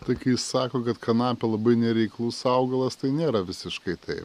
tai kai sako kad kanapė labai nereiklus augalas tai nėra visiškai taip